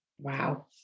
Wow